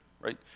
right